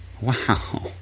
Wow